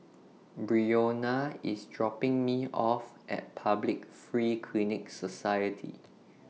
Brionna IS dropping Me off At Public Free Clinic Society